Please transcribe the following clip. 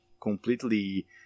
completely